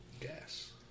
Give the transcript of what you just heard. Gas